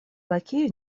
лакей